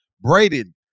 Braden